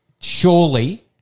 surely